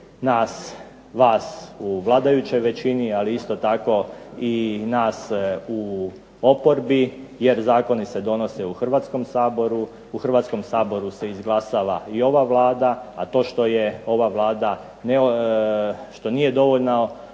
nas, vas, u vladajućoj većini ali isto tako i nas u oporbi jer zakoni se donose u HRvatskom saboru. u HRvatskom saboru se izglasava i ova Vlada, a to što ova Vlada